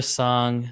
song